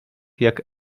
jak